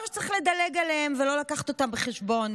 שצריך לדלג עליהן ולא להביא אותן בחשבון.